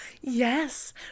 Yes